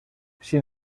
sin